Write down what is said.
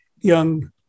young